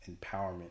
empowerment